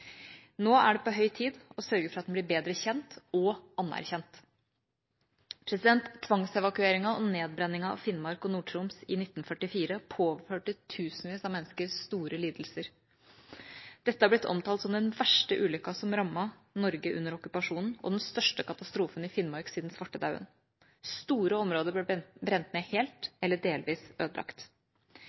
Nå er det på høy tid å sørge for at den blir bedre kjent og anerkjent. Tvangsevakueringen og nedbrenningen av Finnmark og Nord-Troms i 1944 påførte tusenvis av mennesker store lidelser. Dette har blitt omtalt som den verste ulykken som rammet Norge under okkupasjonen, og den største katastrofen i Finnmark siden svartedauden. Store områder ble helt brent ned eller delvis ødelagt.